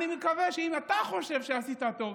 אני מקווה שאם אתה חושב שעשית טוב,